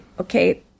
okay